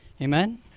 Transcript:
Amen